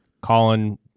Colin